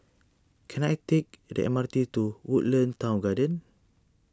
can I take the M R T to Woodlands Town Garden